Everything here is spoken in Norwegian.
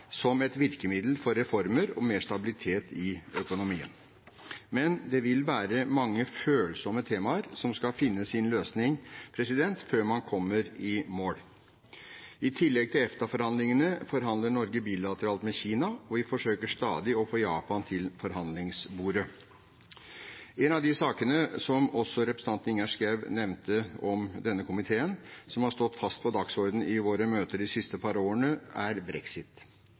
som et virkemiddel for reformer og mer stabilitet i økonomien. Men det vil være mange følsomme temaer som skal finne sin løsning før man kommer i mål. I tillegg til EFTA-forhandlingene forhandler Norge bilateralt med Kina, og vi forsøker stadig å få Japan til forhandlingsbordet. En av de sakene, noe også representanten Ingjerd Schou nevnte, som har stått fast på dagsordenen i våre møter i komiteen de siste par årene, er brexit.